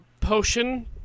potion